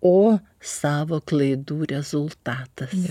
o savo klaidų rezultatas